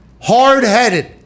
hard-headed